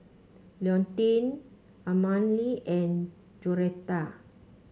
Leontine Amalie and Joretta